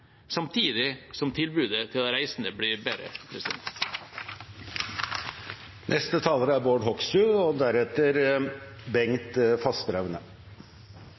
samtidig som tilbudet til de reisende blir bedre.